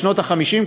בשנות ה-50,